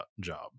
job